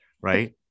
Right